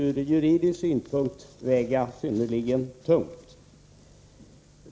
Ur juridisk synpunkt bör detta väga synnerligen tungt.